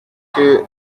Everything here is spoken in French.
que